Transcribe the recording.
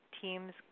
Team's